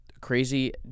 crazy